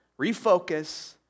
refocus